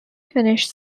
finished